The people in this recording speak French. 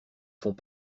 font